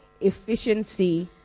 efficiency